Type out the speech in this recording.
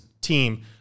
team